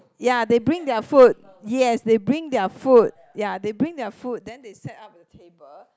ya they bring their food yes they bring their food ya they bring their food then they set up a table